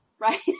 right